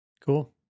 Cool